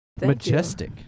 majestic